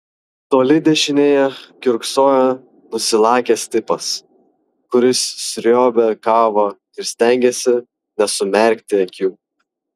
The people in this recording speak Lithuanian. toli dešinėje kiurksojo nusilakęs tipas kuris sriuobė kavą ir stengėsi nesumerkti akių